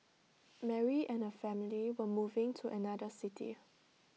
Mary and her family were moving to another city